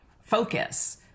focus